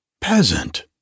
Peasant